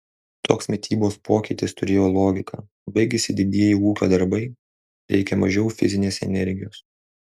toks mitybos pokytis turėjo logiką baigėsi didieji ūkio darbai reikia mažiau fizinės energijos